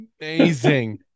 amazing